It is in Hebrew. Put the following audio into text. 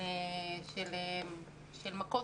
של מכות.